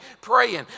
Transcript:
praying